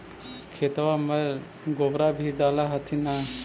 खेतबा मर गोबरो भी डाल होथिन न?